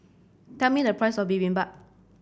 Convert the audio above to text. tell me the price of Bibimbap